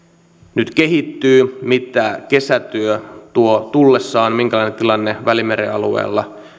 nyt kehittyy mitä kesä tuo tullessaan minkälainen tilanne välimeren alueella